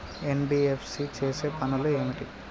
NBFC చేసే పనులు ఏమిటి?